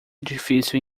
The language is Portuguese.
difícil